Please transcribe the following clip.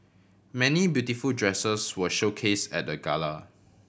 many beautiful dresses were showcase at the gala